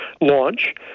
launch